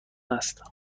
است